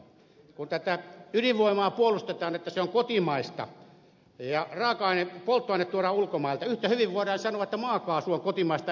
kun ydinvoimaa puolustetaan että se on kotimaista ja polttoaine tuodaan ulkomailta yhtä hyvin voidaan sanoa että maakaasu on kotimaista energiaa